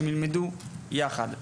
שהם ילמדו יחד".